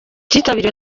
cyitabiriwe